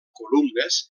columnes